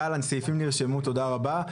מיטל, הסעיפים נרשמו, תודה רבה.